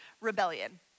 rebellion